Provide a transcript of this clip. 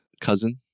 cousin